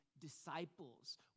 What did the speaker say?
disciples